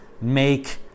make